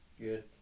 good